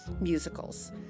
musicals